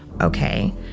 Okay